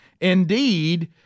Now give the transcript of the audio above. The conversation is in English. Indeed